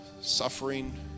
suffering